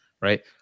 right